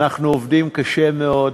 אנחנו עובדים קשה מאוד.